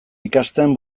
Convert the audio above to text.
ikasten